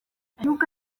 nubwo